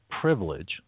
privilege